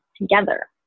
together